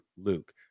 Luke